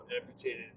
amputated